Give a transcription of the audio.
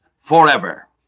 forever